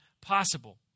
possible